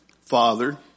Father